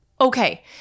Okay